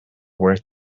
worth